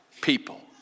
people